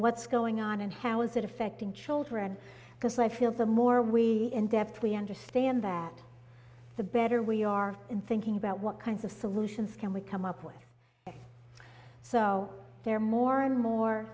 what's going on and how is it affecting children because i feel the more we end dept we understand that the better we are in thinking about what kinds of solutions can we come up with so there are more and more